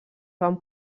van